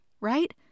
right